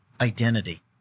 identity